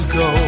go